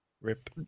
rip